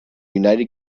united